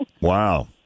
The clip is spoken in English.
Wow